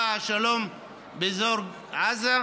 בא השלום באזור עזה.